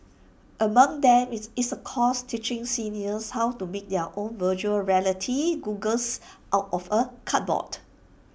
among them is is A course teaching seniors how to make their own Virtual Reality goggles out of A cardboard